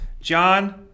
John